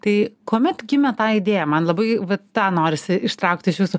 tai kuomet gimė ta idėja man labai vat tą norisi ištraukti iš jūsų